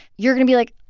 you're going to be like,